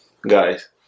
guys